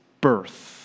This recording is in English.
birth